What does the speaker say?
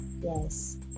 yes